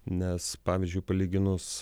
nes pavyzdžiui palyginus